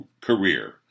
career